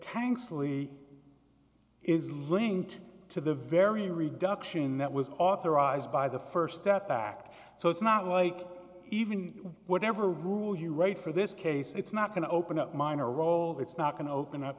tanks lee is linked to the very reduction that was authorized by the st step back so it's not like even whatever rule you write for this case it's not going to open up minor role it's not going to open up